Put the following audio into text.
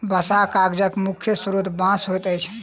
बँसहा कागजक मुख्य स्रोत बाँस होइत अछि